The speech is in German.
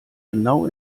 genau